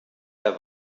der